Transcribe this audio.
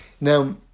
Now